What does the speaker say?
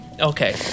Okay